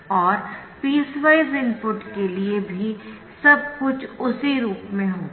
और piecewise input के लिए भी सब कुछ उसी रूप में होगा